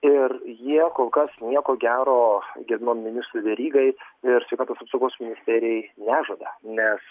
ir jie kol kas nieko gero gerbiamam ministrui verygai ir sveikatos apsaugos ministerijai nežada nes